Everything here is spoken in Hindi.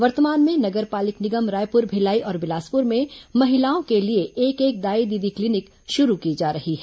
वर्तमान में नगर पालिक निगम रायपुर भिलाई और बिलासपुर में महिलाओं के लिए एक एक दाई दीदी क्लीनिक शुरू की जा रही है